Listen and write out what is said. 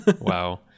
Wow